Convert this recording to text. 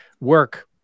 work